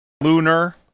lunar